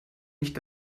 nicht